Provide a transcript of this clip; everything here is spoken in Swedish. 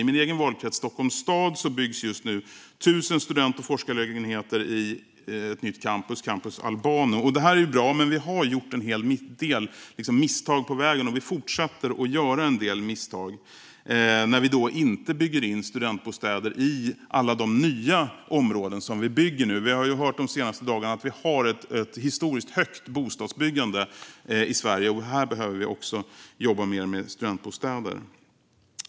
I min egen valkrets, Stockholms stad, byggs just nu 1 000 student och forskarlägenheter i ett nytt campus, Campus Albano. Det är bra, men vi har gjort en hel del misstag på vägen och fortsätter att göra det när vi inte bygger in studentbostäder i alla de nya områden som vi nu bygger. Vi har ju hört de senaste dagarna att vi har ett historiskt högt bostadsbyggande i Sverige. Här behöver vi också jobba mer med studentbostäder.